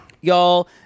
Y'all